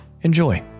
Enjoy